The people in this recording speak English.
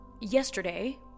yesterday